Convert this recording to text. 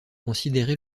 considéré